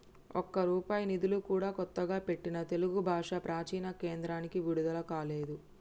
ఒక్క రూపాయి నిధులు కూడా కొత్తగా పెట్టిన తెలుగు భాషా ప్రాచీన కేంద్రానికి విడుదల కాలేదు